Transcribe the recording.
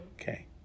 Okay